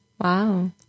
Wow